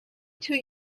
till